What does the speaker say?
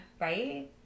Right